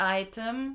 item